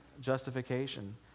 justification